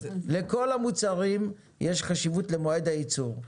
לכל המוצרים יש חשיבות למועד הייצור.